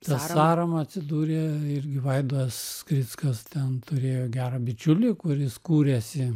ta sąrama atsidūrė irgi vaidas skrickas ten turėjo gerą bičiulį kuris kurėsi